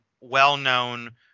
well-known